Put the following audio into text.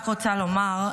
אני רק רוצה לומר,